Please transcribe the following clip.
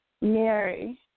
Mary